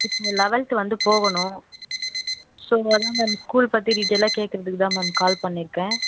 இப்போ லவெல்த்து வந்து போகணும் ஸோ அதான் மேம் ஸ்கூல் பற்றி டீடைல்லாக கேக்கிறதுக்கு தான் மேம் கால் பண்ணியிருக்கேன்